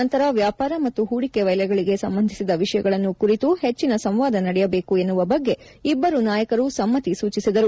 ನಂತರ ವ್ಯಾಪಾರ ಮತ್ತು ಹೂಡಿಕೆ ವಲಯಗಳಿಗೆ ಸಂಬಂಧಿಸಿದ ವಿಷಯಗಳನ್ನು ಕುರಿತು ಹೆಚ್ಚಿನ ಸಂವಾದ ನಡೆಯಬೇಕು ಎನ್ನುವ ಬಗ್ಗೆ ಇಬ್ಬರೂ ನಾಯಕರು ಸಮ್ಮತಿ ವ್ಯಕ್ತಪಡಿಸಿದರು